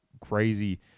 crazy